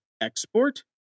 Export